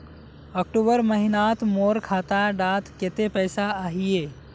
अक्टूबर महीनात मोर खाता डात कत्ते पैसा अहिये?